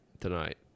tonight